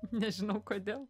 nežinau kodėl